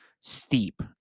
steep